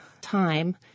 time